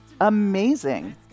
Amazing